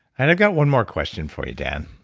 and i've got one more question for you, dan.